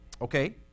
Okay